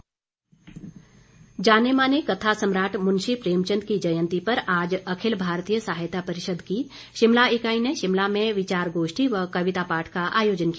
मुंशी प्रेमचंद जाने माने कथा सम्राट मुंशी प्रेमचंद की जयंती पर आज अखिल भारतीय साहित्य परिषद की शिमला इकाई ने शिमला में विचार गोष्ठी व कविता पाठ का आयोजन किया